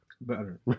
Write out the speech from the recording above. better